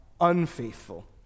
unfaithful